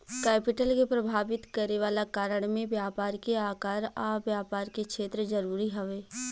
capital के प्रभावित करे वाला कारण में व्यापार के आकार आ व्यापार के क्षेत्र जरूरी हवे